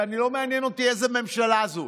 ולא מעניין אותי איזו ממשלה זו,